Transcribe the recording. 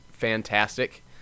fantastic